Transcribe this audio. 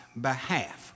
behalf